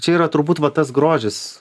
čia yra turbūt va tas grožis